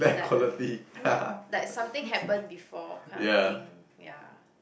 um not like something happen before kind of thing ya